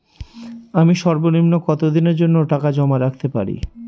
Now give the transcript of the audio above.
আমি সর্বনিম্ন কতদিনের জন্য টাকা জমা রাখতে পারি?